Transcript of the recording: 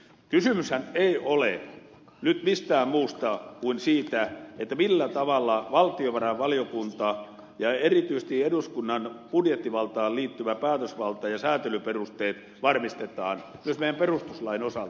kysymyshän ei ole nyt mistään muusta kuin siitä millä tavalla valtiovarainvaliokunta ja erityisesti eduskunnan budjettivaltaan liittyvä päätösvalta ja säätelyperusteet varmistetaan myös meidän perustuslain osalta